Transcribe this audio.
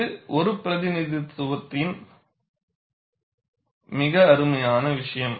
இது ஒரு பிரதிநிதித்துவத்தின் மிக அருமையான விஷயம்